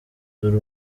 dore